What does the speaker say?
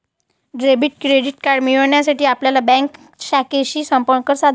debit credit card मिळविण्यासाठी आपल्या bank शाखेशी संपर्क साधा